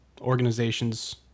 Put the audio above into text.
organizations